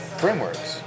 frameworks